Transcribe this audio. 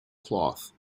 cloth